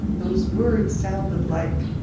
those words sounded like,